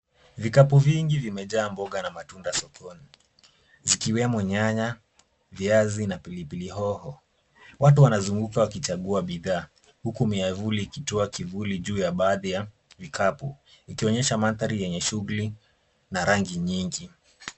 Vikapu vingi vimejaa mboga na matunda sokoni, zikiwemo nyanya, viazi na pilipili hoho. Watu wanazunguka wakichagua bidhaa, huku miavuli ikitoa kivuli juu ya baadhi ya vikapu, ikionyesha mandhari yenye shughuli na rangi nyingi.